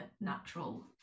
natural